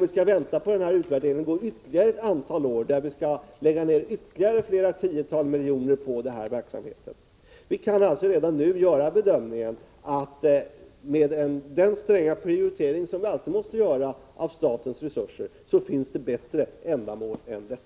nu skall vänta på en utvärdering kommer det att gå ytterligare ett antal år då vi lägger ner ytterligare flera tiotal miljoner på denna verksamhet. Vi kan ju redan nu göra den bedömningen att det med hänvisning till den stränga prioritering som vi alltid måste göra i fråga om statens resurser finns bättre ändamål än detta.